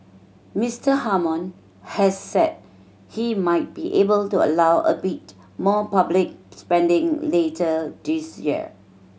Mister Hammond has said he might be able to allow a bit more public spending later this year